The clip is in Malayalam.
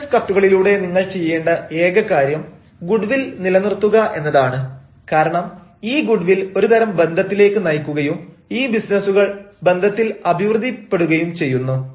ബിസിനസ് കത്തുകളിലൂടെ നിങ്ങൾ ചെയ്യേണ്ട ഏക കാര്യം ഗുഡ് വിൽ നിലനിർത്തുക എന്നതാണ് കാരണം ഈ ഗുഡ് വിൽ ഒരുതരം ബന്ധത്തിലേക്ക് നയിക്കുകയും ഈ ബിസിനസുകൾ ബന്ധത്തിൽ അഭിവൃദ്ധിപ്പെടുകയും ചെയ്യുന്നു